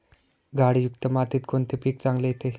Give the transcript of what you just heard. गाळयुक्त मातीत कोणते पीक चांगले येते?